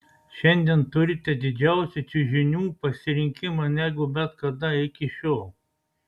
šiandien turite didžiausią čiužinių pasirinkimą negu bet kada iki šiol